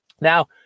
now